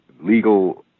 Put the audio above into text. legal